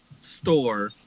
store